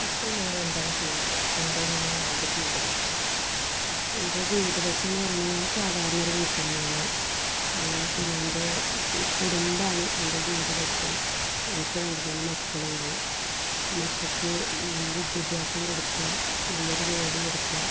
ഇപ്പോൾ നിങ്ങൾ എന്താണ് ചെയ്യുന്നത് എന്താണ് ഇനി നിങ്ങളുടെ ജീവിത ലക്ഷ്യം എൻ്റെ ജീവിതലക്ഷ്യം എന്ന് പറഞ്ഞ്കഴിഞ്ഞാൽ ഞാൻ സാധാരണ ഒരു വീട്ടമ്മയാണ് പിന്നെ എൻ്റെ കുടുംബമാണ് എൻ്റെ ജീവിത ലക്ഷ്യം എനിക്ക് രണ്ടുമൂന്ന് മക്കളുണ്ട് മക്കൾക്ക് വിദ്യാഭ്യാസം കൊടുക്കുക നല്ലൊരു ജോലി കൊടുക്കുക